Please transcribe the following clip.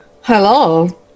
Hello